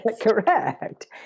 Correct